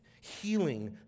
healing